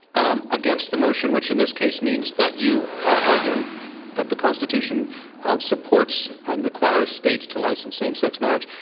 um against the motion which in this case means that you actually are arguing that the constitution ah supports and requires states to license same sex marriage.